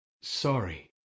Sorry